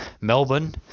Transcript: Melbourne